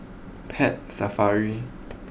Pet Safari